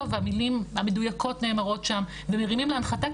והמילים המדויקות נאמרות שם ומרימים להנחתה,